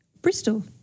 Bristol